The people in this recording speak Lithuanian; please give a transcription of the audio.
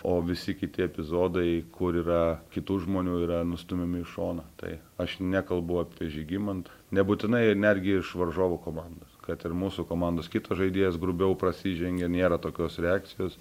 o visi kiti epizodai kur yra kitų žmonių yra nustumiami į šoną tai aš nekalbu apie žygimant nebūtinai netgi iš varžovų komandos kad ir mūsų komandos kitas žaidėjas grubiau prasižengia nėra tokios reakcijos